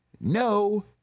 no